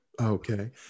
Okay